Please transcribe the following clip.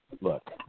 look